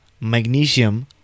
magnesium